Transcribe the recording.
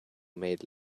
made